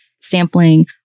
sampling